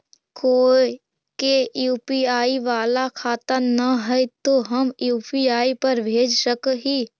कोय के यु.पी.आई बाला खाता न है तो हम यु.पी.आई पर भेज सक ही?